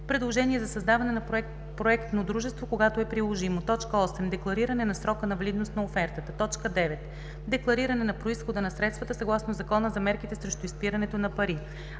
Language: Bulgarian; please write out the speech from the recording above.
предложение за създаване на проектно дружество, когато е приложимо; 8. деклариране на срока на валидност на офертата; 9. деклариране на произхода на средствата съгласно Закона за мерките срещу изпирането на пари.